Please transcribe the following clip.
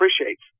appreciates